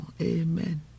Amen